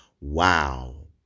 wow